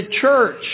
church